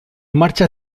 marcha